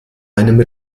einem